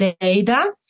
data